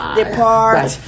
depart